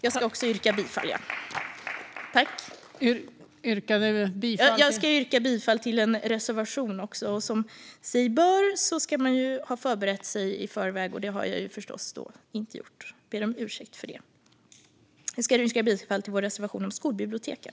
Jag yrkar bifall till vår reservation 29 under punkt 19 om skolbiblioteken.